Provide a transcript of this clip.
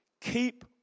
keep